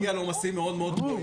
זה מגיע לעומסים מאוד מאוד גבוהים.